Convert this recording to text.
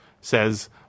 says